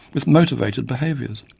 with motivated behaviours.